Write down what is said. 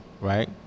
right